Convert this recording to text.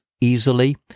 easily